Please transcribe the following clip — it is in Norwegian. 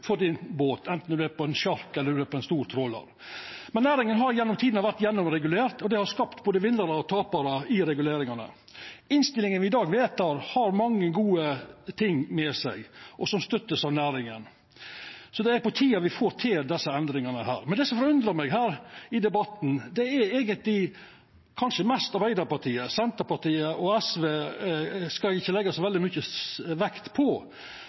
for båten sin, anten ein er på ein sjark eller ein stor trålar. Men næringa har gjennom tidene vore gjennomregulert, og det har skapt både vinnarar og taparar. Innstillinga me vedtek i dag, har mange gode ting med seg, som òg vert støtta av næringa. Så det er på tide at me får til desse endringane. Det som forundrar meg i debatten, er kanskje mest Arbeidarpartiet. Senterpartiet og SV skal eg ikkje leggja så veldig mykje vekt på,